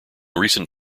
recent